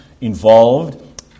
involved